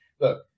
look